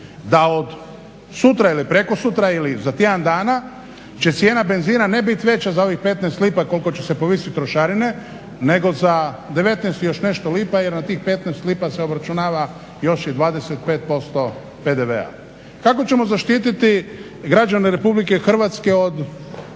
da od sutra ili prekosutra ili za tjedan dana će cijena benzina ne bit veća za ovih 15 lipa koliko će se povisit trošarine nego za 19 i još nešto lipa jer na tih 15 lipa se obračunava još i 25% PDV-a. Kako ćemo zaštititi građane Republike Hrvatske od